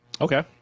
okay